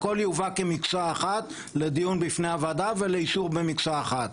הכול יבוא כמקשה אחת לדיון בפני הוועדה ולאישור במקשה אחת.